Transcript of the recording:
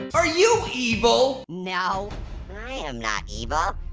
are you evil? no i am not evil.